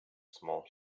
small